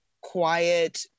quiet